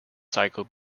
cycle